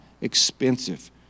expensive